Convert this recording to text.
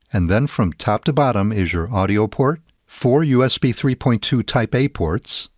and then from top-to-bottom is your audio port, four usb three point two type-a ports,